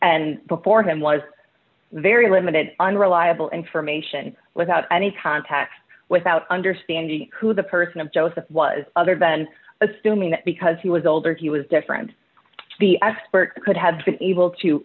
and before him was very limited unreliable information without any contact without understanding who the person of joseph was other than assuming that because he was older he was different the expert could have been able to